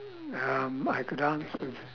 um I could answer